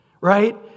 right